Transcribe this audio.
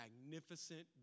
magnificent